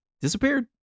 disappeared